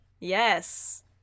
Yes